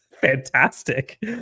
fantastic